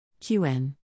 QN